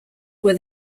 were